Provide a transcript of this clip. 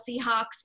Seahawks